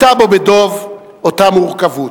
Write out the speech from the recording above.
היתה בו, בדב, אותה מורכבות,